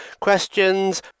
questions